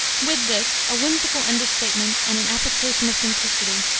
with this a whimsical under-statement and an affectation of simplicity,